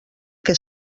que